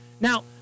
Now